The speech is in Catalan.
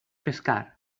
pescar